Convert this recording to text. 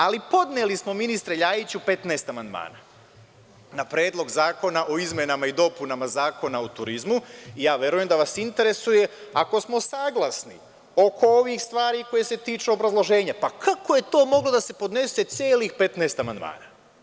Ali, podneli smo, ministre Ljajiću, 15 amandmana na Predlog zakona o izmenama i dopunama Zakona o turizmu i ja verujem da vas interesuje, ako smo saglasni oko ovih stvari koje se tiču obrazloženja, kako je to moglo da se podnese celih 15 amandmana.